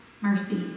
mercy